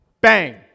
Bang